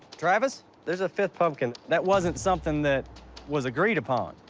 travis? there's a fifth pumpkin. that wasn't something that was agreed upon.